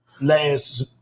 last